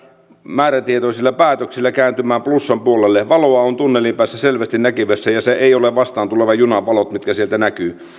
määrätietoisilla päätöksillä kääntymään plussan puolelle valoa on tunnelin päässä selvästi näkyvissä ja ne eivät ole vastaantulevan junan valot mitkä sieltä näkyvät